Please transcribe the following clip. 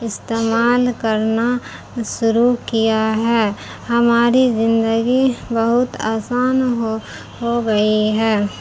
استعمال کرنا شروع کیا ہے ہماری زندگی بہت آسان ہو ہو گئی ہے